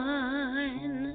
one